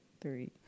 three